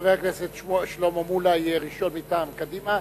חבר הכנסת שלמה מולה יהיה ראשון מטעם קדימה,